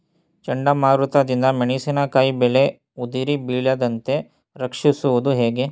ಚಂಡಮಾರುತ ದಿಂದ ಮೆಣಸಿನಕಾಯಿ ಬೆಳೆ ಉದುರಿ ಬೀಳದಂತೆ ರಕ್ಷಿಸುವುದು ಹೇಗೆ?